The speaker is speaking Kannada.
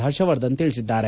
ಹರ್ಷವರ್ಧನ್ ತಿಳಿಸಿದ್ದಾರೆ